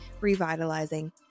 revitalizing